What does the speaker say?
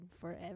forever